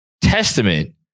testament